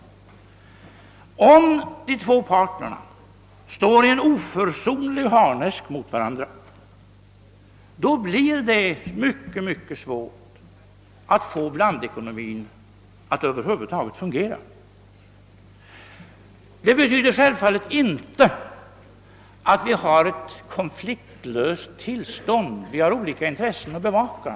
Om de två parterna oförsonligt står i harnesk mot varandra, blir det mycket mycket svårt att över huvud taget få blandekonomin att fungera. Detta betyder inte att det bör råda ett konfliktlöst tillstånd; vi har olika intressen att bevaka.